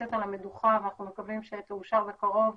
שנמצאת על המדוכה ואנחנו מקווים שתאושר בקרוב,